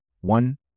One